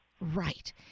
Right